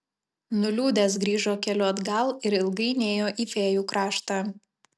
nuliūdęs grįžo keliu atgal ir ilgai nėjo į fėjų kraštą